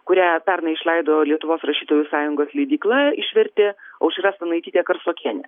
kurią pernai išleido lietuvos rašytojų sąjungos leidykla išvertė aušra stanaitytė karsokienė